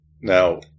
Now